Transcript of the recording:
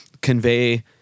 convey